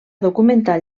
documentar